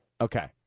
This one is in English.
Okay